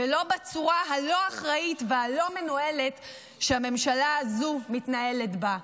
ולא בצורה הלא-אחראית והלא-מנוהלת שהממשלה הזו מתנהלת בה.